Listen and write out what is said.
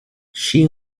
she